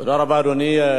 תודה רבה, אדוני.